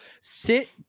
Sit